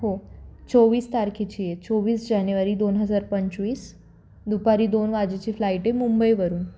हो चोवीस तारखेची आहे चोवीस जानेवारी दोन हजार पंचवीस दुपारी दोन वाजेची फ्लाईट आहे मुंबईवरून